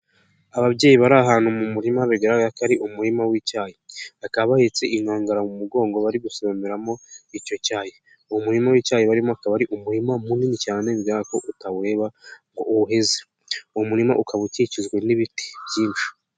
Ababyeyi bari ahantu mu murima bigaragara ko ari umurima w'icyayi, bakaba bahetse inkangara mu mugongo bari gusomeramo icyo cyayi, umurima w'icyayi barimo akaba ari umurima munini cyane utawureba ngo uwuheze, uwo murima ukaba ukikijwe n'ibiti byinshi.